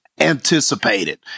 anticipated